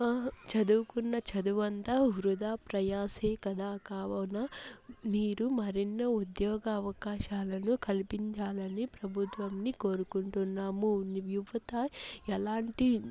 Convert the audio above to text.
చదువుకున్నా చదువంతా వృధా ప్రయాసే కదా కావున మీరు మరెన్నో ఉద్యోగ అవకాశాలను కలిపించాలని ప్రభుత్వంని కోరుకుంటున్నాము యువత ఎలాంటి